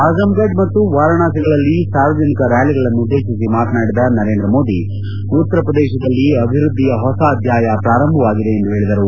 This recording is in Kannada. ಅಝಂಗಢ್ ಮತ್ತು ವಾರಣಾಸಿಗಳಲ್ಲಿ ಸಾರ್ವಜನಿಕ ರ್ಯಾಲಿಗಳನ್ನು ಉದ್ದೇಶಿಸಿ ಮಾತನಾಡಿದ ನರೇಂದ್ರ ಮೋದಿ ಉತ್ತರಪ್ರದೇಶದಲ್ಲಿ ಅಭಿವೃದ್ದಿಯ ಹೊಸ ಅಧ್ಯಾಯ ಪ್ರಾರಂಭವಾಗಿದೆ ಎಂದು ಹೇಳಿದರು